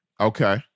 Okay